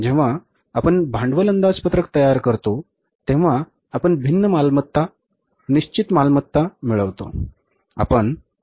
जेव्हा आपण भांडवल अंदाजपत्रक तयार करतो तेव्हा आपण भिन्न मालमत्ता निश्चित मालमत्ता मिळवतो